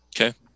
Okay